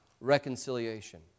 Reconciliation